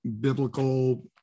biblical